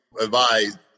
advised